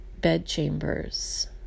bedchambers